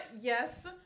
Yes